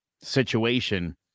situation